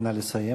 נא לסיים.